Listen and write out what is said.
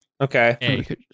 Okay